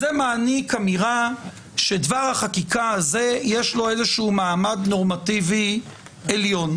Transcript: זה מעניק אמירה שדבר החקיקה הזה יש לו איזה מעמד נורמטיבי עליון.